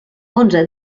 onze